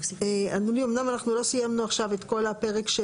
(27) בסעיף 115, בסופו יבוא: "(ה)